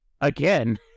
again